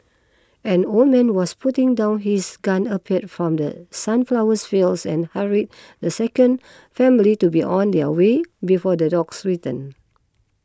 an old man was putting down his gun appeared from the sunflower fields and hurried the second family to be on their way before the dogs return